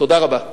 תודה רבה.